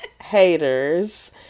haters